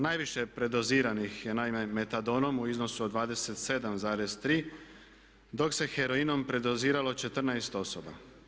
Najviše predoziranih je naime metadonom u iznosu od 27,3 dok se heroinom predoziralo 14 osoba.